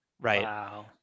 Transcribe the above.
right